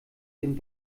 dem